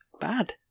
bad